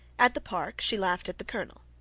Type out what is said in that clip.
at the park she laughed at the colonel,